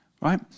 right